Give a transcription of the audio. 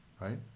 right